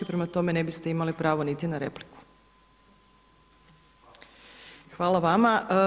Prema tome, ne biste imali pravo niti na repliku [[Upadica: Hvala.]] Hvala vama.